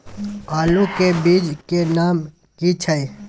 आलू के बीज के नाम की छै?